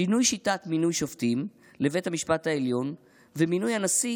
שינוי שיטת מינוי שופטים לבית המשפט העליון ומינוי הנשיא